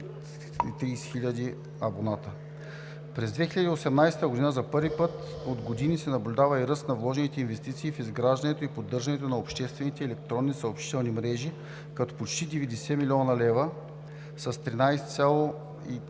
30 хиляди абоната. През 2018 г. за първи път от години се наблюдава ръст на вложените инвестиции в изграждането и поддържането на обществените и електронните съобщителни мрежи, като почти 90 млн. лв. – с 13